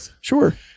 sure